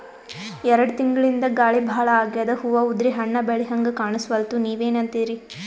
ಎರೆಡ್ ತಿಂಗಳಿಂದ ಗಾಳಿ ಭಾಳ ಆಗ್ಯಾದ, ಹೂವ ಉದ್ರಿ ಹಣ್ಣ ಬೆಳಿಹಂಗ ಕಾಣಸ್ವಲ್ತು, ನೀವೆನಂತಿರಿ?